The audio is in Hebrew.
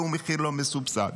והוא מחיר לא מסובסד.